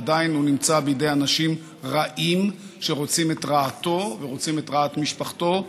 עדיין הוא נמצא בידי אנשים רעים שרוצים את רעתו ורוצים את רעת משפחתו,